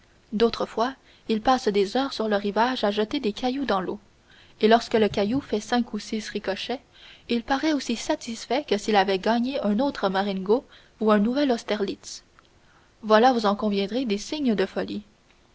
fois il passe des heures sur le rivage à jeter des cailloux dans l'eau et lorsque le caillou a fait cinq ou six ricochets il paraît aussi satisfait que s'il avait gagné un autre marengo ou un nouvel austerlitz voilà vous en conviendrez des signes de folie